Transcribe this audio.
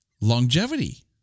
longevity